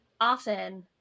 Often